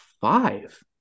five